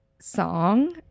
song